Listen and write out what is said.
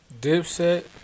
Dipset